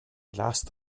last